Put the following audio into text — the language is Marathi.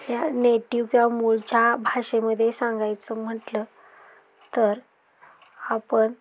या नेटिव या मूळच्या भाषेमध्ये सांगायचं म्हटलं तर आपण